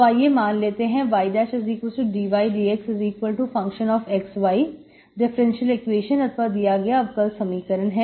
तो आइए मान लेते हैं ydydxfxy डिफरेंशियल इक्वेशन अथवा दिया गया अवकल समीकरण है